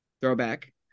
throwback